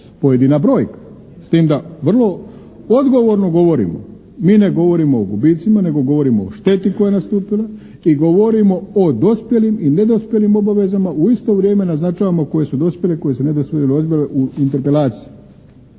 pojedina brojka, s tim da vrlo odgovorno govorimo. Mi ne govorimo o gubicima nego govorimo o šteti koja je nastupila i govorimo o dospjelim i nedospjelim obavezama, u isto vrijeme naznačavamo koje su dospjele a koje su nedospjele obaveze u interpelaciji.